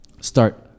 start